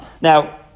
Now